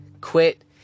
Quit